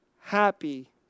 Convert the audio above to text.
happy